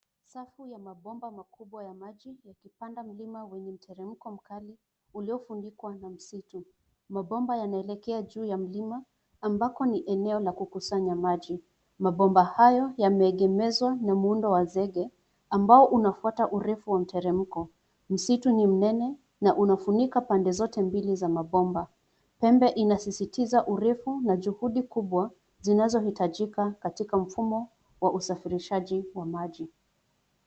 Safu ya mabomba makubwa ya maji yakipanda mlima wenye mteremko mkali uliofunikwa na msitu. Mabomba yanaelekea juu ya mlima, ambako ni eneo la kukusanya maji. Mabomba hayo yameegemezwa na muundo wa zege, ambao unaofutwa urefu wa mteremko. Msitu ni mnene na unafunika pande zote mbili za mabomba. Pembe inasisitiza urefu na juhudi kubwa zinazohitajika katika mfumo wa usafirishaji wa maji.